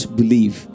believe